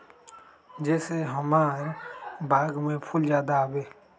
जे से हमार बाग में फुल ज्यादा आवे?